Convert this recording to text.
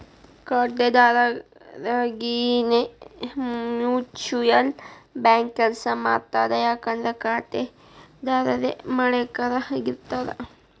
ಖಾತೆದಾರರರಿಗೆನೇ mutual bank ಕೆಲ್ಸ ಮಾಡ್ತದ ಯಾಕಂದ್ರ ಖಾತೆದಾರರೇ ಮಾಲೇಕರಾಗಿರ್ತಾರ